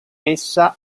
essa